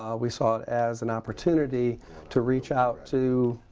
um we saw it as an opportunity to reach out to